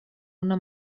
una